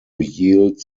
yield